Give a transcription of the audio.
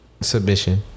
submission